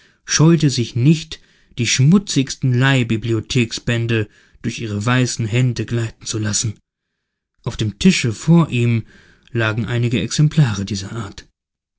scheute sich nicht die schmutzigsten leihbibliotheksbände durch ihre weißen hände gleiten zu lassen auf dem tische vor ihm lagen einige exemplare dieser art